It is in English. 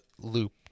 loop